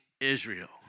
Israel